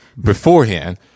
Beforehand